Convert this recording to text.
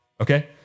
okay